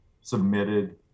submitted